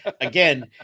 again